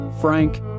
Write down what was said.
Frank